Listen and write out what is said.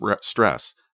stress